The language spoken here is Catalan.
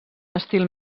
estil